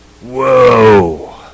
Whoa